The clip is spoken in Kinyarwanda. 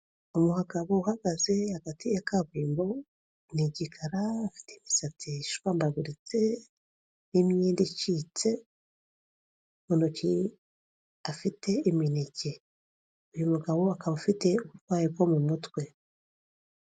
Umugabo uhagaze hagati ya kaburimbo, ni igikara afite imisatsi ishwambaguritse n'imyenda icitse mu ntoki afite imineke, uyu mugabo akaba afite uburwayi bwo mu mutwe.